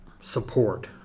support